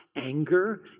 anger